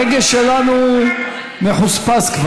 הרגש שלנו כבר מחוספס.